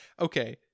okay